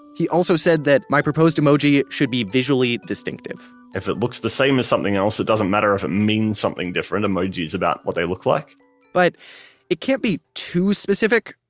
he also said that my proposed emoji should be visually distinctive if it looks the same as something else. it doesn't matter if it means something different, emojis about what they look like but it can't be too specific.